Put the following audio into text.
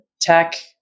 Tech